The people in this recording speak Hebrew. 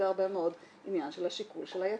בהרבה מאוד עניין של השיקול של היצרן.